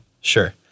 sure